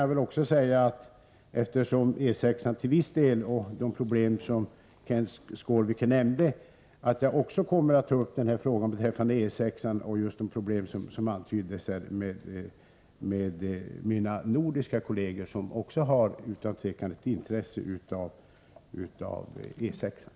Jag kan också säga att jag med mina nordiska kolleger delvis kommer att ta upp E 6-an, och de problem Kenth Skårvik nämner. De nordiska kollegerna har också utan tvivel ett intresse av E 6-an.